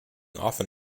often